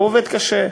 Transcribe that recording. הוא עובד קשה.